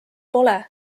pole